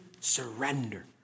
Surrender